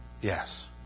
Yes